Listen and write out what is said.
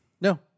No